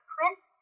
Prince